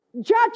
judge